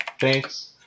Thanks